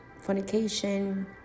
fornication